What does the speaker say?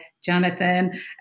jonathan